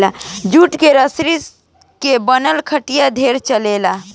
jute के रसरी के बिनल खटिया ढेरे चलेला